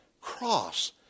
cross